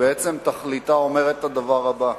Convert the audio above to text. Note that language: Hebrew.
ובעצם תכליתה אומרת את הדבר הבא: